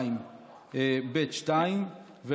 42(ב)(2).